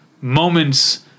moments